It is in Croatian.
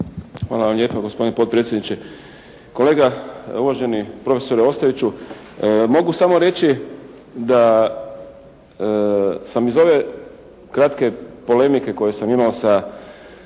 Hvala vam lijepa gospodine potpredsjedniče. Kolega, uvaženi profesore Ostojiću mogu samo reći da sam iz ove kratke polemike koju sam imao sa